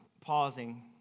Pausing